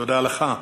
תודה לך.